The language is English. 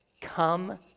come